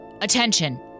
Attention